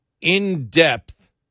in-depth